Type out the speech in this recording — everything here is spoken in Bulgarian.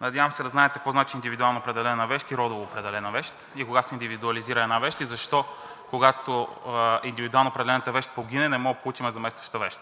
Надявам се да знаете какво значи индивидуално определена вещ и родово определена вещ, кога се индивидуализира една вещ и защо, когато индивидуално определената вещ погине, не можем да получим заместваща вещ.